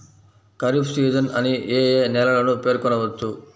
Kharif season అని ఏ ఏ నెలలను పేర్కొనవచ్చు?